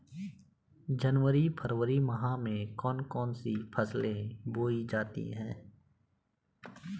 जनवरी फरवरी माह में कौन कौन सी फसलें बोई जाती हैं?